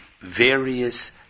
various